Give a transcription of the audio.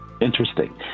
Interesting